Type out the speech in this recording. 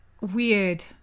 weird